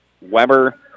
Weber